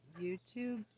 YouTube